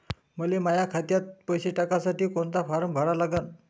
मले माह्या खात्यात पैसे टाकासाठी कोंता फारम भरा लागन?